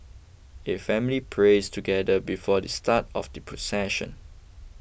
a family prays together before the start of the procession